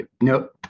Nope